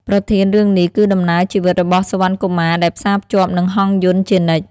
ប្រធានរឿងនេះគឺដំណើរជីវិតរបស់សុវណ្ណកុមារ ដែលផ្សារភ្ជាប់នឹងហង្សយន្តជានិច្ច។